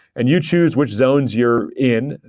and you choose which zones you're in,